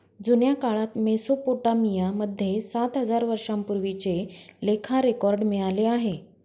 जुन्या काळात मेसोपोटामिया मध्ये सात हजार वर्षांपूर्वीचे लेखा रेकॉर्ड मिळाले आहे